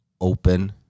open